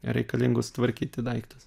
reikalingus tvarkyti daiktus